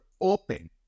open